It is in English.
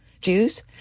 Jews